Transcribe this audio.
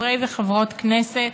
חברי וחברות הכנסת,